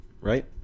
right